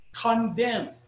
condemn